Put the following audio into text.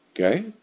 Okay